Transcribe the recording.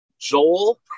Joel